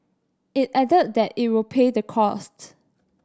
it added that it will pay the costs